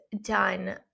done